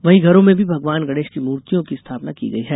वहीं घरों में भी भगवान गणेश की मुर्तियों की स्थापना की गई है